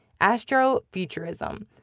Astrofuturism